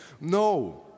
No